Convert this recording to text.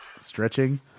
stretching